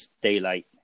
daylight